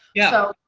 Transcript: yeah,